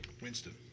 Winston